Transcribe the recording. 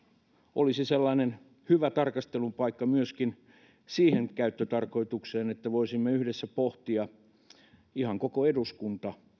olisi sellainen hyvä tarkastelun paikka myöskin siihen käyttötarkoitukseen niin että voisimme yhdessä ihan koko eduskunta pohtia